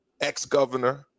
ex-governor